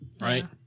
Right